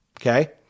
Okay